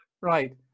Right